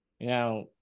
Now